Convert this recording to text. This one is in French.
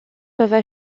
peuvent